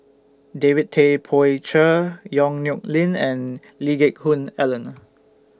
David Tay Poey Cher Yong Nyuk Lin and Lee Geck Hoon Ellen